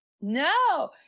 no